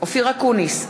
אופיר אקוניס,